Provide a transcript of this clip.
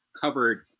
covered